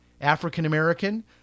African-American